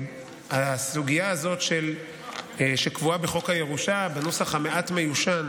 הסוגיה הזאת קבועה בחוק הירושה בנוסח מעט מיושן,